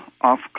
off